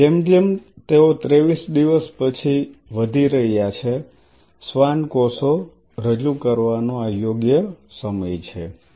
હવે જેમ જેમ તેઓ 23 દિવસ પછી વધી રહ્યા છે શ્વાન કોષો રજૂ કરવાનો આ યોગ્ય સમય છે